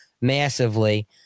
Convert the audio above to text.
massively